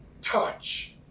touch